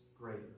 greater